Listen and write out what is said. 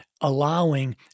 allowing